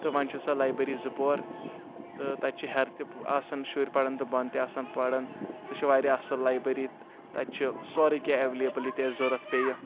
تہِ وۄنی چھ سۄ لایبری زٕ پور تہٕ تتہِ چھ ہٮ۪رٕ تہِ آسان شُرۍ پران تہٕ بۄنہٕ تہِ آسان پران سۄ چھ واریاہ اصل لایبری تَتہِ چھ سورے کیٚنٛہہ اویلیبل یہِ تہِ اسہِ ضروٗرَت پیٚیہِ